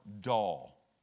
dull